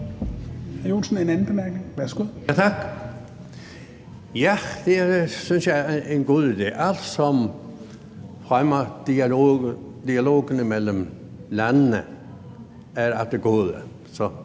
Ja, det synes jeg er en god idé. Alt, som fremmer dialogen mellem landene, er af det gode.